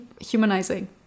humanizing